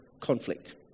conflict